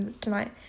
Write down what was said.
tonight